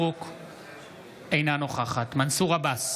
אינה נוכחת מנסור עבאס,